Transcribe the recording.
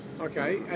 Okay